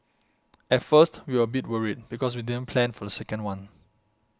at first we were a bit worried because we didn't plan for the second one